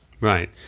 Right